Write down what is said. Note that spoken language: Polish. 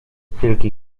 wielki